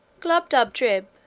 glubbdubdrib,